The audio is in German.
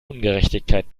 ungerechtigkeit